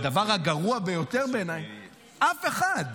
הדבר הגרוע ביותר בעיניי- -- מי --- אף אחד.